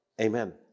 Amen